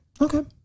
okay